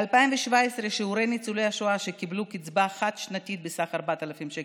ב-2017 שיעורי ניצולי השואה שקיבלו קצבה חד-שנתית בסך 4,000 שקל,